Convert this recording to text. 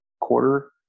quarter